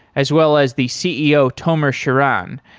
as well as the ceo tomer shiran,